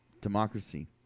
Democracy